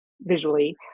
visually